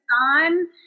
on